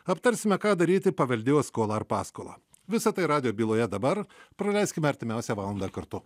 aptarsime ką daryti paveldėjo skolą ar paskolą visa tai radijo byloje dabar praleiskime artimiausią valandą kartu